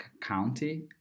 county